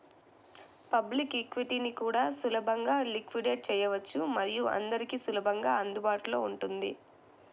public ఈక్విటీని కూడా సులభంగా లిక్విడేట్ చేయవచ్చు మరియు అందరికీ సులభంగా అందుబాటులో ఉంటుంది